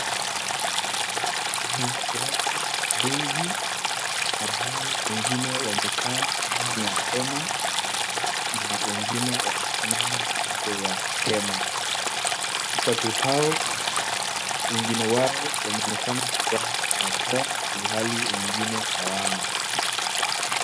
Ni watu wengi ambao wengine wamekaa ndani ya hema na wengine wamesimama nje ya hema. Watu hao wengine wao wanaonekana kuvaa barakoa ilhali wengine hawana.